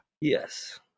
Yes